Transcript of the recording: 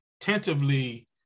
tentatively